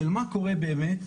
של מה קורה באמת,